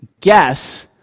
guess